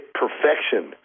perfection